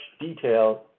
detail